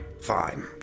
Fine